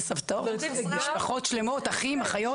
הורים, סבים וסבתות, משפחות שלמות, אחים, אחיות.